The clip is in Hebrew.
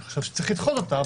אני חשבתי שצריך לדחות אותה,